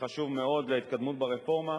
שחשוב מאוד להתקדמות ברפורמה,